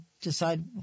decide